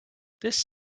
this